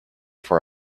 for